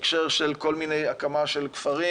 בהקשר של הקמה של כפרים,